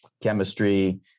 chemistry